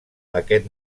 aquest